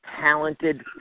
talented